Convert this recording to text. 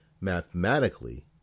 mathematically